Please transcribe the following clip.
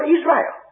Israel